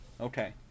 okay